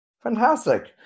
Fantastic